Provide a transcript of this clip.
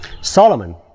Solomon